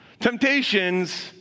Temptations